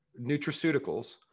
nutraceuticals